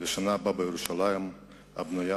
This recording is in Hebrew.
"לשנה הבאה בירושלים הבנויה"